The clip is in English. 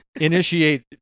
Initiate